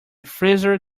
freezer